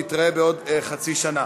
נתראה בעוד חצי שנה.